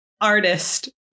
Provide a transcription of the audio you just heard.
artist